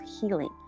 healing